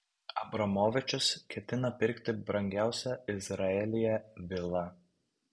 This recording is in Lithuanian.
abramovičius ketina pirkti brangiausią izraelyje vilą